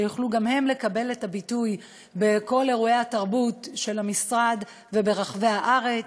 שיוכלו גם הם לקבל את הביטוי בכל אירועי התרבות של המשרד וברחבי הארץ.